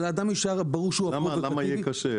למה יהיה קשה?